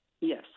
Yes